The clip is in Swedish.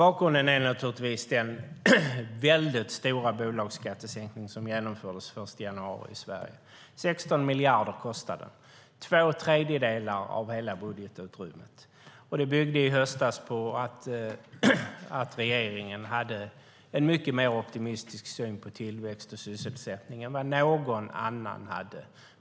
Bakgrunden är naturligtvis den väldigt stora bolagsskattesänkning som genomfördes den 1 januari i Sverige - 16 miljarder kostar den. Det är två tredjedelar av hela budgetutrymmet. Det byggde i höstas på att regeringen hade en mycket mer optimistisk syn på tillväxt och sysselsättning än vad någon annan hade.